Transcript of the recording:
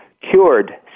cured